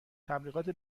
تبلیغات